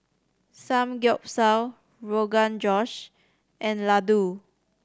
Samgyeopsal Rogan Josh and Ladoo